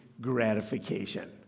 gratification